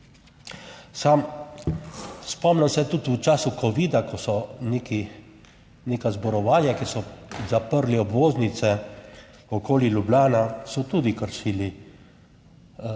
Samo spomnim se tudi v času covida, ko so neki neka zborovanja, ki so zaprli obvoznice okoli Ljubljane so tudi kršili ta